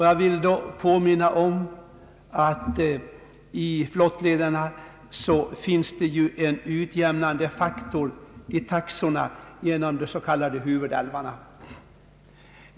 Jag vill påminna om att vad gäller flottlederna finns det en utjämnande faktor i taxorna genom de s.k. huvudälvarna.